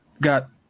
got